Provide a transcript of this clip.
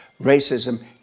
racism